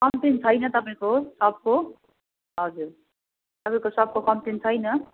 complain छैन तपाईँको सपको हजुर तपाईँको सपको कमप्लेन छैन